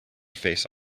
face